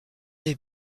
des